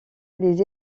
les